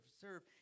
serve